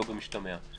לא במשתמע.